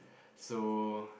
so